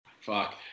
Fuck